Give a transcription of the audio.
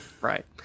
right